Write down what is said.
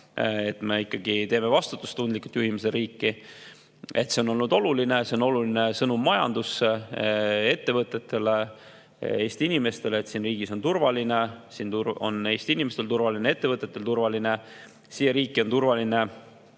Meie ikkagi vastutustundlikult juhime seda riiki. See on olnud oluline. See on oluline sõnum majandusele, ettevõtetele, Eesti inimestele, et siin riigis on turvaline, siin on Eesti inimestel turvaline ja ettevõtetel turvaline, siia riiki on turvaline